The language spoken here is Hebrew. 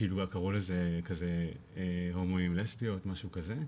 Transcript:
כאילו קראו לזה הומואים לסביות משהו כזה,